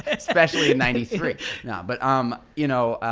especially in ninety three. no but, um you know,